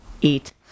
eat